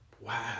wow